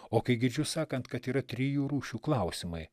o kai girdžiu sakant kad yra trijų rūšių klausimai